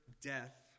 death